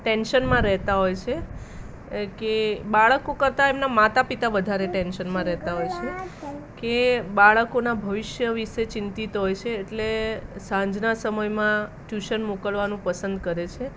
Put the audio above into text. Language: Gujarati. ટેન્શનમાં રહેતા હોય છે કે બાળકો કરતાં એમના માતાપિતા વધારે ટેન્શન માં રહેતા હોય છે કે બાળકોના ભવિષ્ય વિષે ચિંતિત હોય છે એટલે સાંજના સમયમાં ટ્યુશન મોકલવાનું પસંદ કરે છે